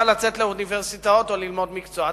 לצאת לאוניברסיטאות או ללמוד מקצוע,